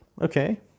okay